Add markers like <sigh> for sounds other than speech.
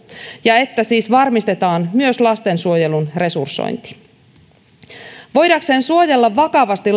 ja että siis varmistetaan myös lastensuojelun resursointi voidakseen suojella vakavasti <unintelligible>